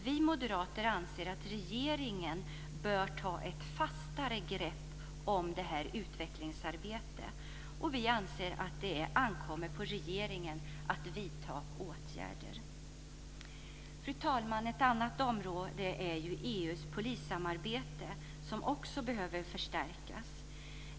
Vi moderater anser att regeringen bör ta ett fastare grepp om detta utvecklingsarbete, och det ankommer på regeringen att vidta åtgärder. Fru talman! Ett annat område gäller EU:s polissamarbete. Det behöver också förstärkas.